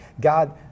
God